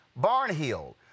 Barnhill